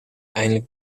eindelijk